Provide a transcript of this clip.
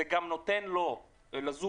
זה גם נותן לזוג,